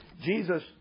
Jesus